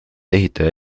ehitaja